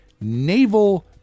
naval